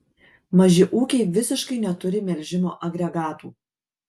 maži ūkiai visiškai neturi melžimo agregatų